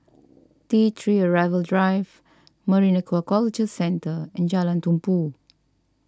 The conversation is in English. T three Arrival Drive Marine Aquaculture Centre and Jalan Tumpu